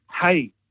hey